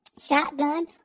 shotgun